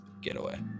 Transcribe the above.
getaway